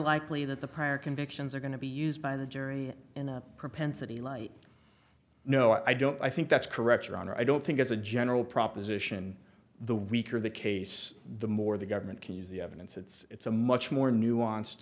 likely that the prior convictions are going to be used by the jury in a propensity light no i don't i think that's correct your honor i don't think as a general proposition the weaker the case the more the government can use the evidence it's a much more nuanced